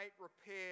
repair